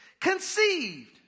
conceived